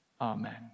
Amen